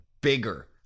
bigger